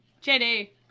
Jenny